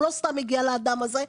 הוא לא סתם הגיע אל האדם הזה.